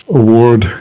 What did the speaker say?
award